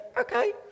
okay